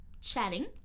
chatting